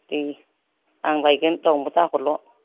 दे आं लायगोन रावनोबो दाहरल'